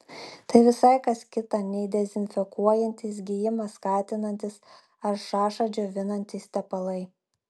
tai visai kas kita nei dezinfekuojantys gijimą skatinantys ar šašą džiovinantys tepalai